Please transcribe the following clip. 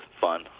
fun